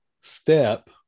step